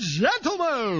gentlemen